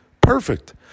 Perfect